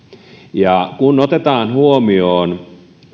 kun otetaan huomioon